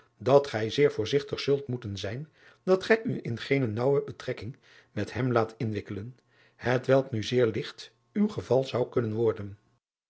dat gij zeer voorzigtig zult moeten zijn dat gij u in geene te naauwe betrekkingen met hem laat inwikkelen hetwelk nu zeer ligt uw geval zou kunnen worden